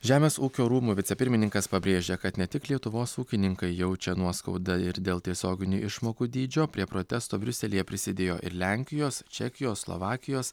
žemės ūkio rūmų vicepirmininkas pabrėžė kad ne tik lietuvos ūkininkai jaučia nuoskaudą ir dėl tiesioginių išmokų dydžio prie protesto briuselyje prisidėjo ir lenkijos čekijos slovakijos